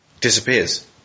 Disappears